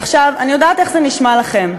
עכשיו, אני יודעת איך זה נשמע לכם,